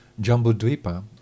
Jambudvipa